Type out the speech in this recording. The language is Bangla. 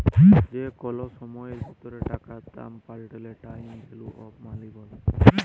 যে কল সময়ের ভিতরে টাকার দাম পাল্টাইলে টাইম ভ্যালু অফ মনি ব্যলে